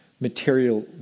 material